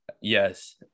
Yes